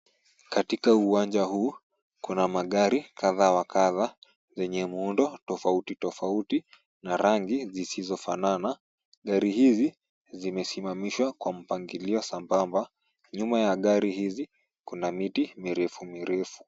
Katika uwanja huu kuna magari kadha wa kadhaa zenye muundo tofauti tofauti na rangi zisizofanana. Gari hizi zimesimamishwa kwa mpangilio sambamba. Nyuma ya gari hizi kuna miti mirefu mirefu.